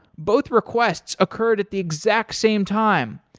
both requests occurred at the exact same time,